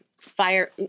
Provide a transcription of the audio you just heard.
fire